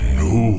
no